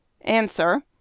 Answer